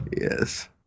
yes